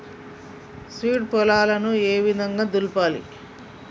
Seeds పొలాలను ఏ విధంగా దులపాలి?